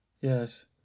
yes